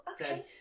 okay